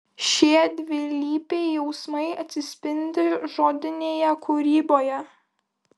šie dvilypiai jausmai atsispindi žodinėje kūryboje